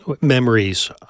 memories